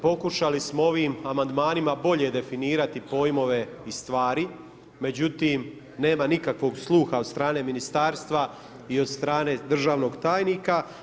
Pokušali smo ovim amandmanima bolje definirati pojmove i stvari, međutim nema nikakvog sluha od strane ministarstva i od strane državnog tajnika.